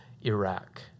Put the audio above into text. Iraq